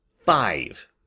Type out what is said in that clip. five